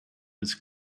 was